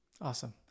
Awesome